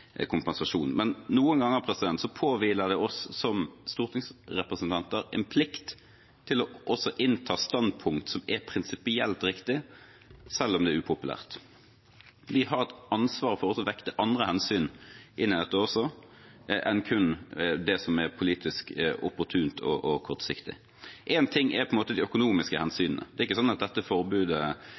kompensasjon, men noen ganger påhviler det oss som stortingsrepresentanter en plikt til å også innta standpunkt som er prinsipielt riktig selv om det er upopulært. Vi har et ansvaret for også å vekte andre hensyn enn kun det som er politisk opportunt og kortsiktig. Én ting er de økonomiske hensynene, det er ikke sånn at